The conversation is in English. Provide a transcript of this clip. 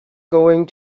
going